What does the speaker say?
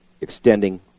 extending